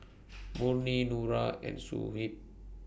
Murni Nura and Shuib